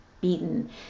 beaten